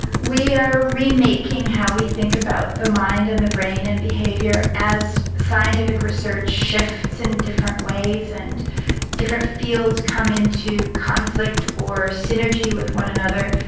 we are remaking how we think about the mind and the brain and behaviour as scientific research shifts in different ways and different fields come into conflict or synergy with one another.